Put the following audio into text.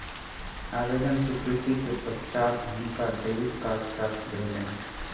आवेदन स्वीकृति के पश्चात हुनका डेबिट कार्ड प्राप्त भेलैन